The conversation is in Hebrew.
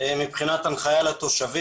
מבחינת הנחיה לתושבים.